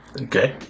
Okay